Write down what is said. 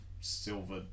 silver